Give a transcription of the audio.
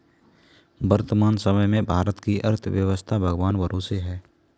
वर्तमान समय में भारत की अर्थव्यस्था भगवान भरोसे है